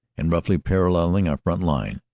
and roughly paralleling our front line.